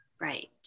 Right